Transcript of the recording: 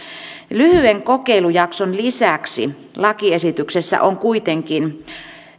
lyhyen kokeilujakson lisäksi lakiesityksessä on kuitenkin